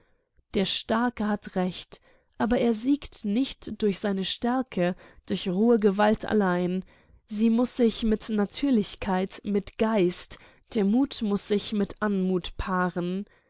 der starke hat recht aber er siegt nicht durch seine stärke durch rohe gewalt allein sie muß sich mit natürlichkeit mit geist der mut muß sich mit anmut paaren